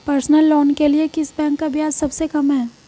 Personal loan के लिए किस बैंक का ब्याज सबसे कम है?